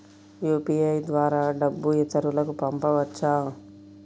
UPI ద్వారా డబ్బు ఇతరులకు పంపవచ్చ?